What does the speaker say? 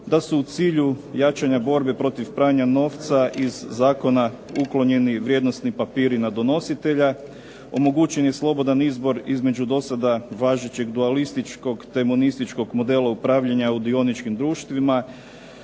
da su u cilju jačanja borbe protiv pranja novca iz zakona uklonjeni vrijednosni papiri na donositelja, omogućen je slobodan izbor između dosada važećeg dualističkog te monističkog modela upravljanja u dioničkim društvima,